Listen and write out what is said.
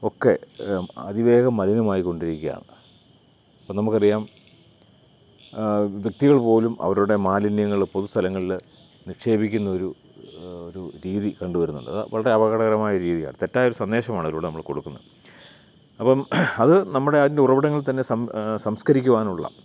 ഒക്കെ അതിവേഗം മലിനമായിക്കൊണ്ടിരിക്കുകയാണ് അപ്പോൾ നമുക്കറിയാം വ്യക്തികൾപോലും അവരുടെ മാലിന്യങ്ങൾ പൊതുസ്ഥലങ്ങളിൽ നിക്ഷേപിക്കുന്നൊരു ഒരു രീതി കണ്ടുവരുന്നുണ്ട് അത് വളരെ അപകടകരമായ ഒരു രീതിയാണ് തെറ്റായൊരു സന്ദേശമാണ് അതിലൂടെ നമ്മൾ കൊടുക്കുന്നത് അപ്പം അത് നമ്മുടെ അതിൻ്റെ ഉറവിടങ്ങളിൽത്തന്നെ സംസ്ക്കരിക്കുവാനുള്ള